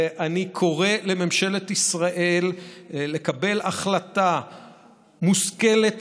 ואני קורא לממשלת ישראל לקבל החלטה מושכלת